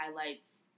highlights